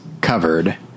covered